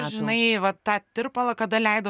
žinai va tą tirpalą kada leido